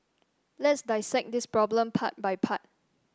let's dissect this problem part by part